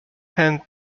hand